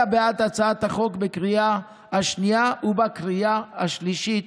בעד הצעת החוק בקריאה השנייה ובקריאה השלישית.